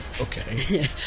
Okay